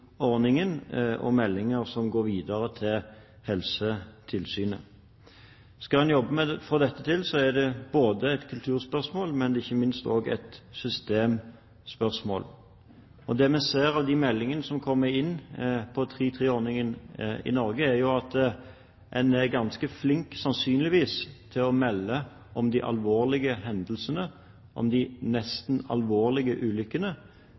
og meldinger som går videre til Helsetilsynet. Skal en jobbe med å få dette til, er det ikke bare et kulturspørsmål, men ikke minst også et systemspørsmål. Det vi ser av de meldingene som kommer inn med tanke på § 3-3-ordningen i Norge, er at en sannsynligvis er ganske flink til å melde fra om de alvorlige hendelsene og om de nesten-alvorlige ulykkene,